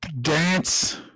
dance